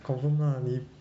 confirm uh 你